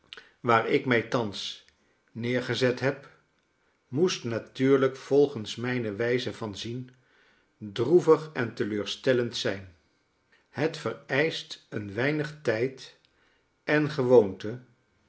waar ik mij thans neergezet heb moest natuurlijk volgens mijne wijze van zien droevig en teleurstellend zijn het vereischt een weinig tijd en gewoonte